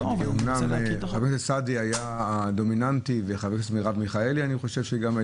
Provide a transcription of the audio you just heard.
כי אמנם חבר הכנסת סעדי היה דומיננטי והשרה מיכאלי גם.